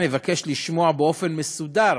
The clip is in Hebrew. נבקש לשמוע באופן מסודר